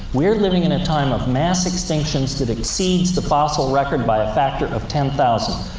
we're living in a time of mass extinctions that exceeds the fossil record by a factor of ten thousand.